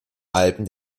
alpen